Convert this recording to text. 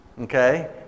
Okay